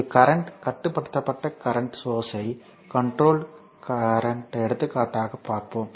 இது கரண்ட் கட்டுப்படுத்தப்பட்ட current source ஐ எடுத்துக்காட்டாக பார்ப்போம்